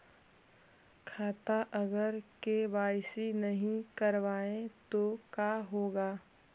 खाता अगर के.वाई.सी नही करबाए तो का होगा?